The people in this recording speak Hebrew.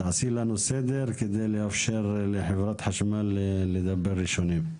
תעשי לנו סדר כדי לאפשר לחברת החשמל לדבר ראשונים.